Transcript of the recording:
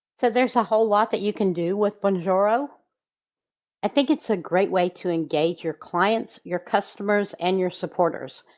so there's a whole lot that you can do with bonjoro i think it's a great way to engage your clients, your customers and your supporters.